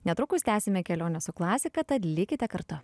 netrukus tęsime kelionę su klasika tad likite kartu